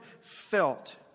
felt